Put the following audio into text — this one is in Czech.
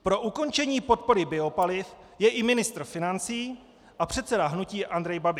Pro ukončení podpory biopaliv je i ministr financí a předseda hnutí Andrej Babiš.